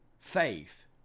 faith